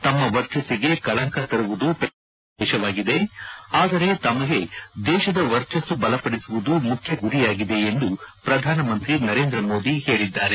ತಮ್ನ ವರ್ಚಸ್ತಿಗೆ ಕಳಂಕ ತರುವುದು ಶ್ರತಿಪಕ್ಷಗಳ ಮುಖ್ಯ ಉದ್ದೇಶವಾಗಿದೆ ಆದರೆ ತಮಗೆ ದೇಶದ ವರ್ಚಸ್ತು ಬಲಪಡಿಸುವುದು ಮುಖ್ಯ ಗುರಿಯಾಗಿದೆ ಎಂದು ಪ್ರಧಾನಿ ನರೇಂದ್ರ ಮೋದಿ ಹೇಳಿದ್ದಾರೆ